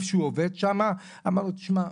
שהוא עובד בו והוא אמר לו "..תשמע,